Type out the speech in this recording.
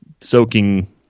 soaking